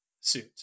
suit